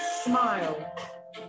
Smile